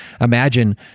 imagine